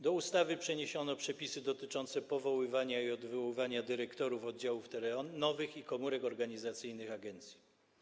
Do ustawy przeniesiono przepisy dotyczące powoływania i odwoływania dyrektorów oddziałów terenowych i komórek organizacyjnych agencji.